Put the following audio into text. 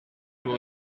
will